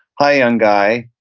hi, young guy.